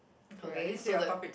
okay so the